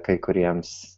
kai kuriems